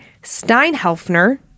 Steinhelfner